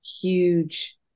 huge